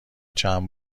چند